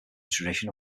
tradition